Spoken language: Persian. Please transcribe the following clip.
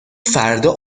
فردا